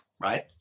right